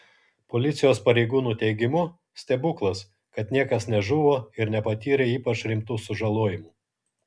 policijos pareigūnų teigimu stebuklas kad niekas nežuvo ir nepatyrė ypač rimtų sužalojimų